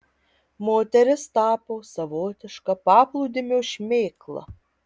moteris tapo savotiška paplūdimio šmėkla